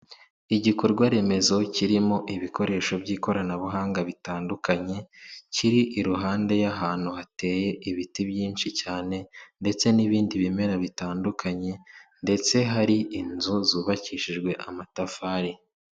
Igikorwa remezo kirimo ibikoresho by'ikoranabuhanga bitandukanye, kiri iruhande y'ahantu hateye ibiti byinshi cyane, ndetse n'ibindi bimera bitandukanye, ndetse hari inzu zubakishijwe amatafari.